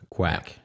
Quack